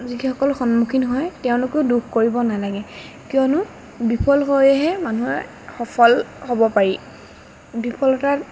যিসকল সন্মুখীন হয় তেওঁলোকেও দুখ কৰিব নেলাগে কিয়নো বিফল হৈহে মানুহে সফল হ'ব পাৰি বিফলতাত